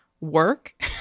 work